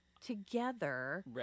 together